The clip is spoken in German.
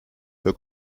für